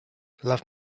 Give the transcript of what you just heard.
love